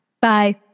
Bye